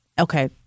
okay